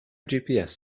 gps